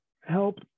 help